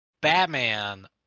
Batman